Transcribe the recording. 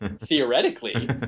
theoretically